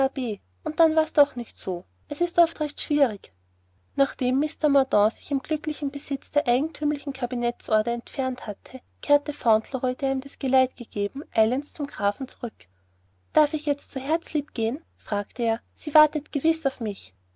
und dann war's doch nicht so s ist oft recht schwierig nachdem mr mordaunt sich im glücklichen besitz der eigentümlichen kabinettsorder entfernt hatte kehrte fauntleroy der ihm das geleit gegeben eilends zum grafen zurück darf ich jetzt zu herzlieb gehen fragte er sie wartet gewiß auf mich